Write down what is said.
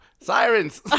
Sirens